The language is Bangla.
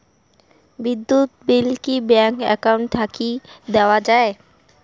বিদ্যুৎ বিল কি ব্যাংক একাউন্ট থাকি দেওয়া য়ায়?